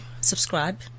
subscribe